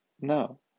no